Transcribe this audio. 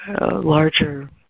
larger